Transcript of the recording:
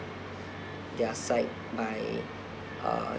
their side by uh